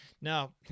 Now